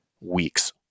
weeks